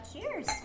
cheers